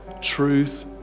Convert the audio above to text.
truth